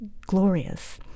glorious